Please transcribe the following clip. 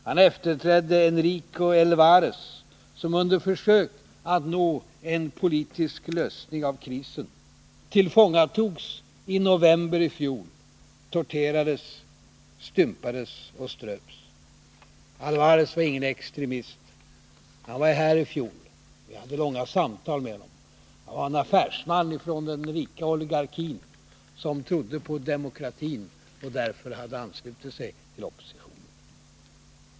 Han efterträdde Enrique Alvarez, som under försök att nå en politisk lösning av krisen tillfångatogs i november i fjol, torterades, stympades och ströps. Alvarez var ingen extremist. Han var här i fjol. Jag hade långa samtal med honom. Han var en affärsman från den rika oligarkin som trodde på demokratin och därför anslöt sig till oppositionen.